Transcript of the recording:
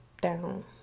down